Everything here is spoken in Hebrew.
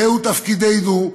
זהו תפקידנו,